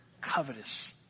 covetous